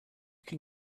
can